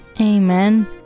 Amen